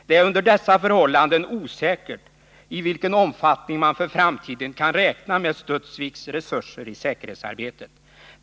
Det är under dessa förhållanden osäkert i vilken omfattning man för framtiden kan räkna med Studsviks resurser i säkerhetsarbetet.